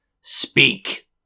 Speak